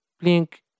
blink